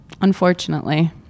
unfortunately